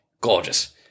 gorgeous